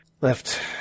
left